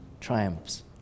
triumphs